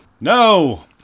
No